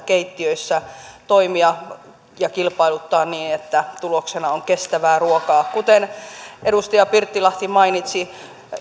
keittiöissä toimia ja kilpailuttaa niin että tuloksena on kestävää ruokaa kuten edustaja pirttilahti mainitsi